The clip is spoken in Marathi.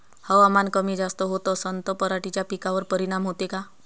हवामान कमी जास्त होत असन त पराटीच्या पिकावर परिनाम होते का?